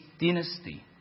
dynasty